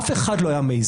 אף אחד לא היה מעז.